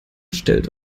stellt